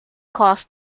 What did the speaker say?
cause